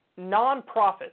nonprofits